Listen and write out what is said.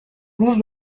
روز